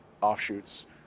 offshoots